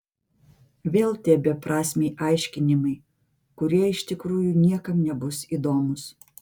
vėl tie beprasmiai aiškinimai kurie iš tikrųjų niekam nebus įdomūs